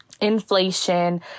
inflation